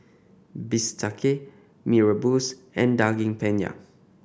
bistake Mee Rebus and Daging Penyet